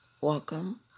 welcome